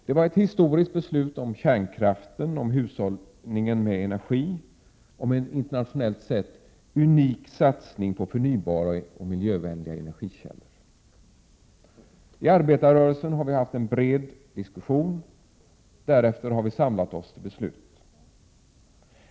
Det var ett historiskt beslut om kärnkraften, hushållning med energi och en internationellt sett unik satsning på förnybara och miljövänliga energikällor. I arbetarrörelsen har vi haft en bred diskussion, och därefter har vi samlat oss till beslut.